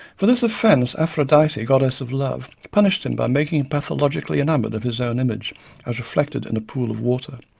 for this offence, aphrodite, goddess of love, punished him and by making him pathologically enamoured of his own image as reflected in a pool of water.